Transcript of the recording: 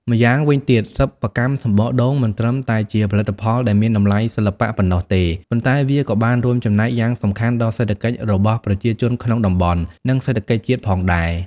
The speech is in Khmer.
ម្យ៉ាងវិញទៀត សិប្បកម្មសំបកដូង មិនត្រឹមតែជាផលិតផលដែលមានតម្លៃសិល្បៈប៉ុណ្ណោះទេ ប៉ុន្តែវាក៏បានរួមចំណែកយ៉ាងសំខាន់ដល់សេដ្ឋកិច្ចរបស់ប្រជាជនក្នុងតំបន់ និងសេដ្ឋកិច្ចជាតិផងដែរ។